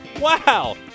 Wow